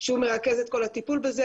שהוא מרכז את כל הטיפול בזה.